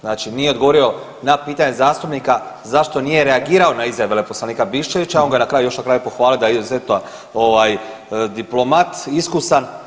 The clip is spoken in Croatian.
Znači nije odgovorio na pitanje zastupnika zašto nije reagirao na izjave veleposlanika Biščevića on ga je na kraju još na kraju pohvalio da je izuzetno ovaj diplomat iskusan.